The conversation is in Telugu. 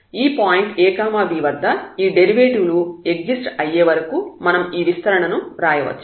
ఈ పాయింట్ ab వద్ద ఈ డెరివేటివ్ లు ఎగ్జిస్ట్ అయ్యేవరకూ మనం ఈ విస్తరణ ను వ్రాయవచ్చు